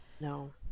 no